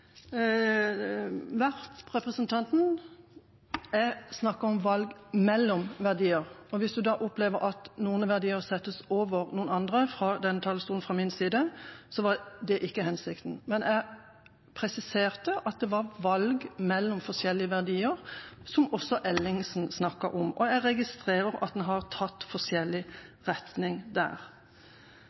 representanten Werp: Jeg snakket om valg mellom verdier. Hvis han opplevde at noen verdier settes over andre fra denne talerstolen fra min side, var ikke det hensikten. Jeg presiserte at det var valg mellom forskjellige verdier, som også representanten Ellingsen snakket om, og jeg registrerer at en har tatt forskjellige retninger der.